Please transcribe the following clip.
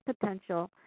potential